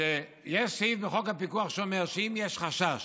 שיש סעיף בחוק הפיקוח שאומר שאם יש חשש